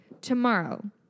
Tomorrow